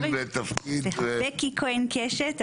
בקי כהן קשת,